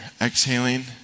Exhaling